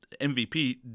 MVP